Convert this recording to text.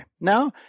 now